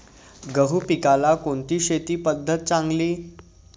गहू पिकाला कोणती शेती पद्धत चांगली?